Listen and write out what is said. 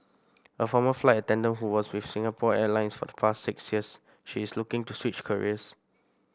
a former flight attendant who was with Singapore Airlines for the past six years she is looking to switch careers